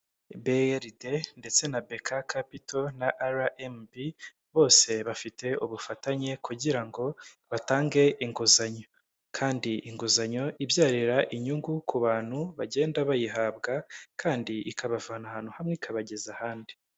BRD ndetse na BK kapito na RMB, bose bafite ubufatanye kugira ngo batange inguzanyo kandi inguzanyo ibyarira inyungu ku bantu bagenda bayihabwa kandi ikabavana ahantu hamwe ikabageza ahandi.